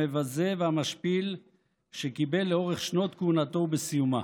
המבזה והמשפיל שקיבל לאורך שנות כהונתו וסיומה.